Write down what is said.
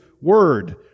Word